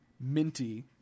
minty